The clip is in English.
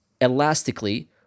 elastically